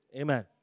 Amen